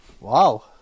Wow